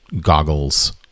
goggles